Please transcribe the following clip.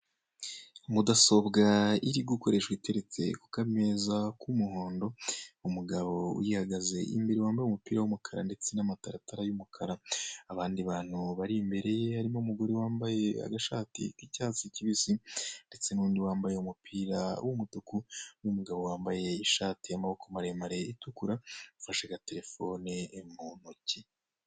Mudasobwa iri gukoreshwa iteretse ku kameza k'umuhondo umugabo uyihagaze imbere w'umukara ndetse n'amataratara y'umukara abandi bantu bari imbere ye harimo umugore wambaye agashati k'icyatsi kibisi ndetse n'undi wambaye umupira w'umutuku n'umugabo wambaye ishati y'amaboko maremare itukura ufashe agaterefone mu ntoki.